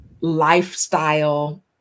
lifestyle